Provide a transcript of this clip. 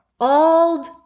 Old